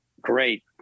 Great